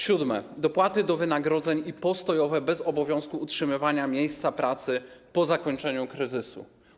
Siódme - dopłaty do wynagrodzeń i postojowe bez obowiązku utrzymywania miejsca pracy po zakończeniu kryzysu.